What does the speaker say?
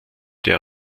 der